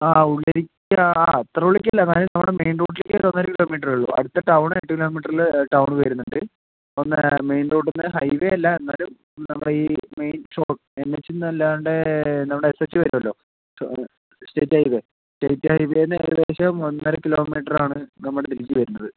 ആ ഉള്ളിലേക്ക് ആ അത്ര ഉള്ളിലേക്കല്ല എന്നാലും നമ്മുടെ മെയിൻ റോട്ടിൽ നിന്ന് എട്ട് കിലോമീറ്ററേ ഉള്ളു അടുത്ത ടൗണ് എട്ട് കിലോമീറ്ററില് ടൗണ് വരുന്നുണ്ട് പിന്നേ മെയിൻ റോട്ടിൽ നിന്ന് ഹൈവേ അല്ല എന്നാലും നമ്മളെ ഈ മെയിൻ ശോ എൻഎച്ച്ന്നല്ലാണ്ടെ നമ്മുടെ എസ്സെച്ച് വരുവല്ലൊ സ്റ്റേറ്റ് ഹൈവേ സ്റ്റേറ്റ് ഹൈവെയിൽ നിന്ന് ഏകദേശം ഒന്നര കിലോമീറ്ററാണ് നമ്മുടെ ഇതിലേക്ക് വരുന്നത്